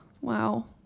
wow